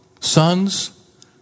sons